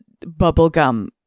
bubblegum